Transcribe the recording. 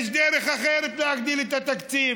יש דרך אחרת להגדיל את התקציב,